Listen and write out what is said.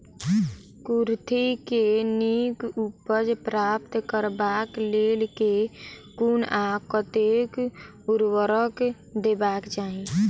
कुर्थी केँ नीक उपज प्राप्त करबाक लेल केँ कुन आ कतेक उर्वरक देबाक चाहि?